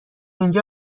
اونجا